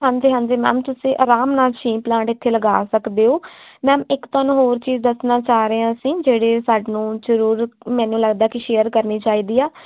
ਹਾਂਜੀ ਹਾਂਜੀ ਮੈਮ ਤੁਸੀਂ ਆਰਾਮ ਨਾਲ ਛੇ ਪਲਾਂਟ ਇੱਥੇ ਲਗਾ ਸਕਦੇ ਹੋ ਮੈਮ ਇੱਕ ਤੁਹਾਨੂੰ ਹੋਰ ਚੀਜ਼ ਦੱਸਣਾ ਚਾਹ ਰਹੇ ਹਾਂ ਅਸੀਂ ਜਿਹੜੇ ਸਾਨੂੰ ਜ਼ਰੂਰ ਮੈਨੂੰ ਲੱਗਦਾ ਕਿ ਸ਼ੇਅਰ ਕਰਨੀ ਚਾਹੀਦੀ ਆ